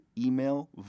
email